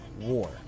war